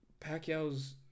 Pacquiao's